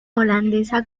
holandesa